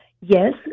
Yes